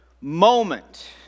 moment